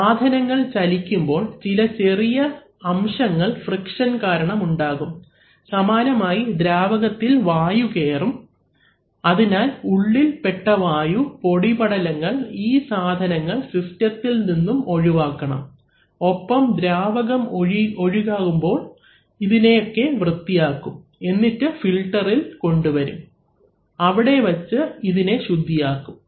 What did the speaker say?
സാധനങ്ങൾ ചലിക്കുമ്പോൾ ചില ചെറിയ അംശങ്ങൾ ഫ്രിക്ഷൻ കാരണമുണ്ടാകും സമാനമായി ദ്രാവകത്തിൽ വായു കേറും അതിനാൽ ഉള്ളിൽ പെട്ട വായു പൊടിപടലങ്ങൾ ഈ സാധനങ്ങൾ സിസ്റ്റത്തിൽ നിന്നും ഒഴിവാക്കണം ഒപ്പം ദ്രാവകം ഒഴുകുമ്പോൾ ഇതിനെയൊക്കെ വൃത്തിയാക്കും എന്നിട്ട് ഫിൽട്ടറിൽ കൊണ്ടുവരും അവിടെവച്ച് അതിനെ ശുദ്ധിയാകും